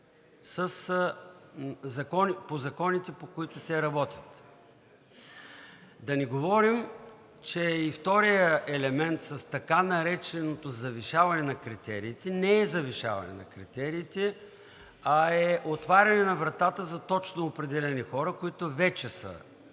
по законите, по които те работят, да не говорим, че и вторият елемент с така нареченото завишаване на критериите не е завишаване на критериите, а е отваряне на вратата за точно определени хора, които вече са,